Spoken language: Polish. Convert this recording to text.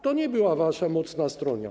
To nie była wasza mocna strona.